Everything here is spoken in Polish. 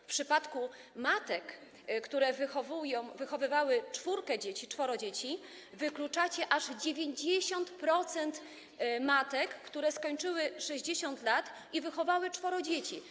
W przypadku matek, które wychowują, wychowywały czworo dzieci, wykluczacie aż 90% matek, które skończyły 60 lat i wychowały czworo dzieci.